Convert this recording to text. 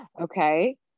Okay